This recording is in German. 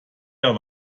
der